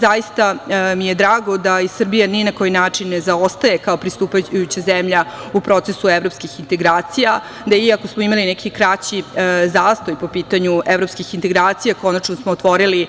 Zaista mi je drago da Srbija ni na koji način ne zaostaje kao pristupajuća zemlja u procesu evropskih integracija, gde je, i ako smo imali neki kraći zastoj po pitanju evropskih integracija konačno smo otvorili